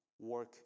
work